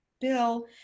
bill